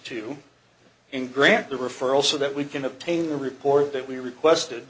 to in grant the referral so that we can obtain the report that we requested